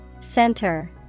Center